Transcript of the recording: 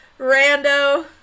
rando